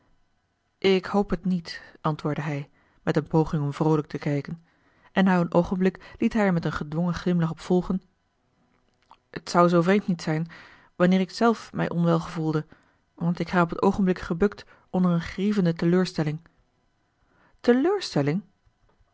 ik hoop het niet antwoordde hij met een poging om vroolijk te kijken en na een oogenblik liet hij er met een gedwongen glimlach op volgen het zou zoo vreemd niet zijn wanneer ikzelf mij onwel gevoelde want ik ga op het oogenblik gebukt onder een grievende teleurstelling teleurstelling